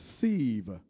receive